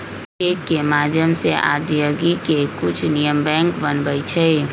cheque के माध्यम से अदायगी के कुछ नियम बैंक बनबई छई